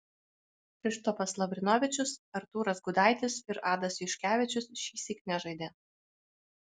kšištofas lavrinovičius artūras gudaitis ir adas juškevičius šįsyk nežaidė